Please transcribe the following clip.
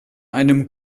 einem